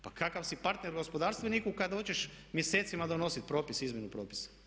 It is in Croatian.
Pa kakav si partner gospodarstveniku kad hoćeš mjesecima donosit propise, izmjenu propisa.